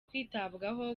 kwitabwaho